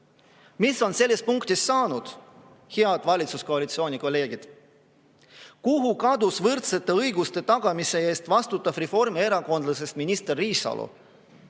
Mis on sellest punktist saanud, head valitsuskoalitsioonikolleegid? Kuhu on kadunud võrdsete õiguste tagamise eest vastutav reformierakondlasest minister Riisalo?